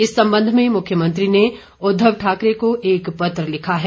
इस संबंध में मुख्यमंत्री ने उद्घव ठाकरे को एक पत्र लिखा है